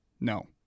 No